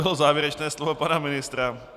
To bylo závěrečné slovo pana ministra.